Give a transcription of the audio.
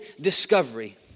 discovery